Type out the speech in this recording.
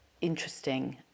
interesting